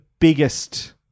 biggest